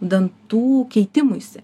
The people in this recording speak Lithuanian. dantų keitimuisi